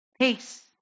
peace